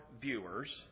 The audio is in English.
viewers